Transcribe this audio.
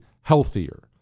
healthier